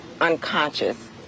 unconscious